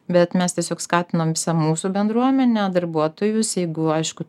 bet mes tiesiog skatinom visą mūsų bendruomenę darbuotojus jeigu aišku